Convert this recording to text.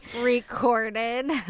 Recorded